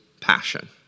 passion